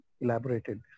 elaborated